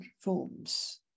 forms